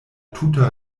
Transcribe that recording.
tuta